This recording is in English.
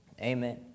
Amen